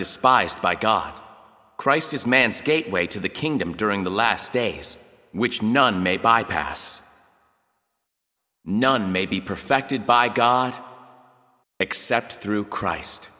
despised by god christ is man's gateway to the kingdom during the last days which none may bypass none may be perfected by god except through christ